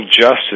justice